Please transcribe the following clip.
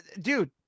Dude